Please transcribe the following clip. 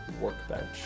workbench